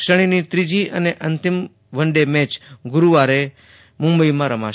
શ્રેણીની ત્રીજી અને અંતિમ વન ડે મેય ગુરૂવારે મુંબઈમાં રમાશે